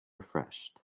refreshed